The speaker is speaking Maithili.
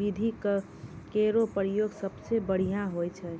विधि केरो प्रयोग सबसें बढ़ियां होय छै